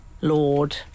Lord